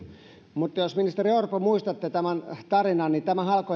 mutta jos ministeri orpo muistatte tämän tarinan niin tämähän alkoi